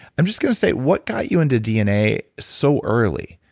i'm just going to say, what got you into dna so early?